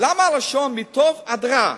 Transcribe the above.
למה לשון "מטוב עד רע"?